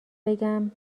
بگم